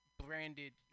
branded